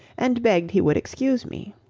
and begged he would excuse me.